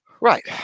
Right